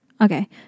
Okay